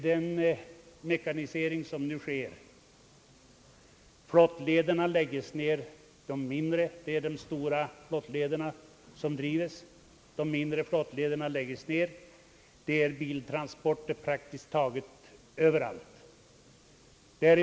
De mindre flottlederna läggs ned. Endast de stora flottlederna används. Biltransporter förekommer praktiskt taget överallt.